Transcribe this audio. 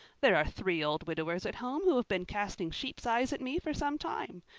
there are three old widowers at home who have been casting sheep's eyes at me for some time.